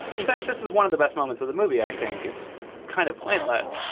in fact, this is one of the best moments of the movie. i think it's kind of pointless,